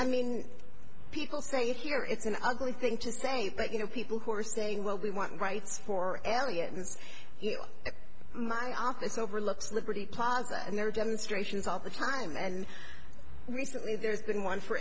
i mean people say it here it's an ugly thing to say but you know people who are saying well we want rights for allianz my office overlooks liberty plaza and there are demonstrations all the time and recently there's been one for